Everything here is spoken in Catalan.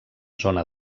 zona